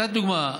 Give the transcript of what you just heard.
נתתי דוגמה: